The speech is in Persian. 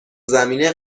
زمینه